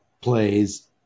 plays